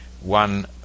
One